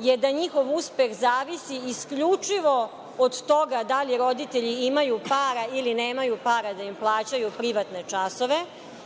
je da njihov uspeh zavisi isključivo od toga da li roditelji imaju para ili nemaju para da im plaćaju privatne časove.